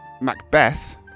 Macbeth